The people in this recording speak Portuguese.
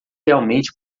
realmente